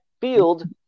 Field